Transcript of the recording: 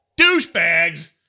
douchebags